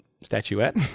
statuette